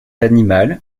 animal